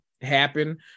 happen